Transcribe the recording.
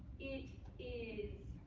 it is